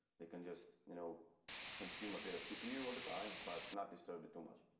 they can just you know consume a bit of cpu all the time, but not disturb it too much.